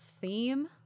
theme